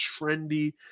trendy